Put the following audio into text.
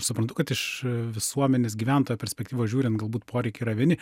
suprantu kad iš visuomenės gyventojo perspektyvos žiūrint galbūt poreikiai yra vieni